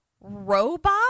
robot